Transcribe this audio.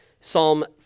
Psalm